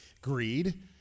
greed